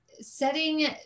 setting